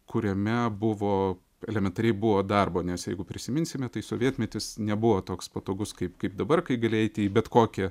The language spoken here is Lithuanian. kuriame buvo elementariai buvo darbo nes jeigu prisiminsime tai sovietmetis nebuvo toks patogus kaip kaip dabar kai gali eiti į bet kokią